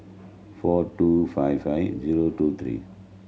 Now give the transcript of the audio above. four two five five zero two three